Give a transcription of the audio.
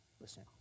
Listen